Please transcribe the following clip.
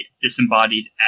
disembodied